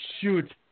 Shoot